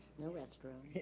no restrooms.